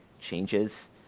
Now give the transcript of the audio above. changes